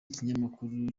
kinyamakuru